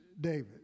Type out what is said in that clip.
David